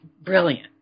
brilliant